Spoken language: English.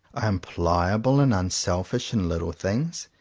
i am pliable and unselfish in little things,